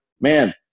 man